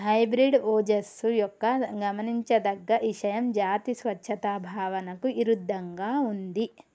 hybrid ఓజస్సు యొక్క గమనించదగ్గ ఇషయం జాతి స్వచ్ఛత భావనకు ఇరుద్దంగా ఉంది